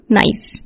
nice